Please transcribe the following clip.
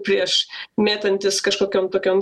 prieš mėtantis kažkokiom tokiom